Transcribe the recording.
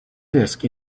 disk